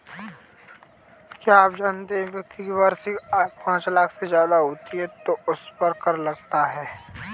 क्या आप जानते है व्यक्ति की वार्षिक आय पांच लाख से ज़्यादा होती है तो उसपर कर लगता है?